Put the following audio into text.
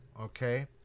okay